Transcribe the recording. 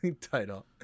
title